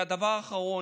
והדבר האחרון,